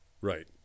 Right